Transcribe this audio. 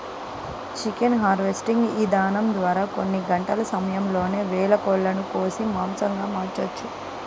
chicken harvesting ఇదానం ద్వారా కొన్ని గంటల సమయంలోనే వేల కోళ్ళను కోసి మాంసంగా మార్చొచ్చు